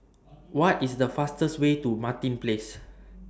What IS The fastest Way to Martin Place